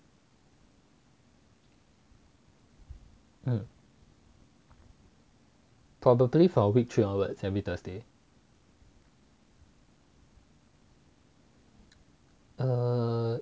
probably from week three onwards every thursday err